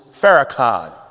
Farrakhan